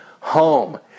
home